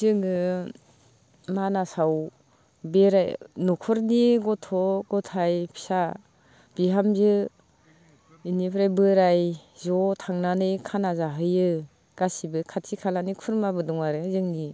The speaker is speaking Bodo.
जोङो मानासाव बेराय न'खरनि गथ' गथाय फिसा बिहामजो बेनिफ्राय बोराय ज' थांनानै खाना जाहैयो गासैबो खाथि खालानि खुरमाबो दङ आरो जोंनि